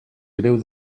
greu